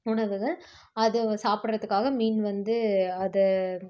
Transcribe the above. உணவுகள் அதை சாப்பிட்றதுக்காக மீன் வந்து அதை